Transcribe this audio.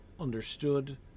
understood